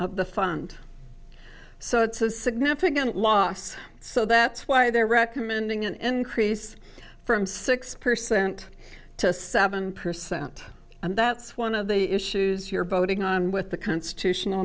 of the fund so it's a significant loss so that's why they're recommending an increase from six percent to seven percent and that's one of the issues you're voting on with the constitutional